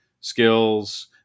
skills